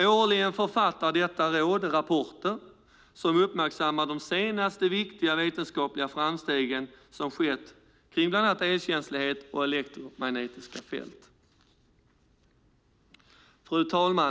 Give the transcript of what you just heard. Årligen författar detta råd rapporter som uppmärksammar de senaste viktiga vetenskapliga framsteg som gjorts kring bland annat elkänslighet och elektromagnetiska fält. Fru talman!